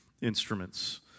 instruments